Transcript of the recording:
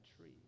tree